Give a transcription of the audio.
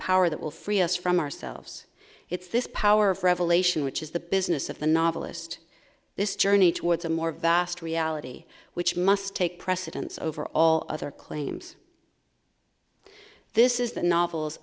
power that will free us from ourselves it's this power of revelation which is the business of the novelist this journey towards a more vast reality which must take precedence over all other claims this is the novels